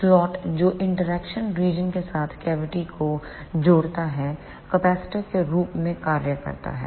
slot जो interaction region के साथ कैविटी को जोड़ता है कैपेसिटर के रूप में कार्य करता है